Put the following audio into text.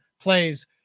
Plays